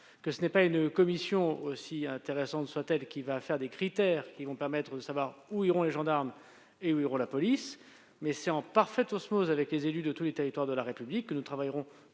que ce n'est pas une commission, aussi intéressante soit-elle, qui va définir des critères permettant de savoir où iront les gendarmes et la police. C'est en parfaite osmose avec les élus de tous les territoires de la République que nous travaillerons,